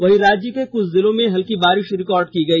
वहीं राज्य के कुछ जिलों में हल्की बारिश रिकॉर्ड की गई